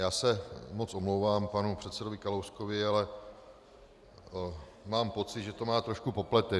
Já se moc omlouvám panu předsedovi Kalouskovi, ale mám pocit, že to má trošku popletené.